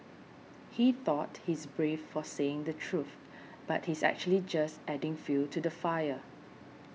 he thought he's brave for saying the truth but he's actually just adding fuel to the fire